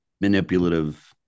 Manipulative